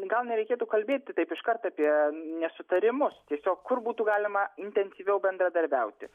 gal nereikėtų kalbėti taip iškart apie nesutarimus tiesiog kur būtų galima intensyviau bendradarbiauti